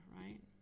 right